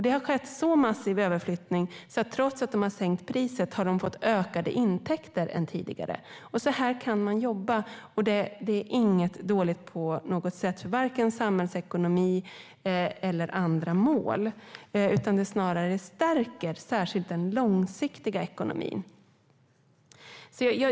Det har skett en så massiv överflyttning att man har fått ökade intäkter trots att man har sänkt priset. Så här går det att jobba, och det är inte dåligt på något sätt - varken för samhällsekonomin eller för andra mål. Det snarare stärker särskilt den långsiktiga ekonomin.